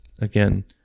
Again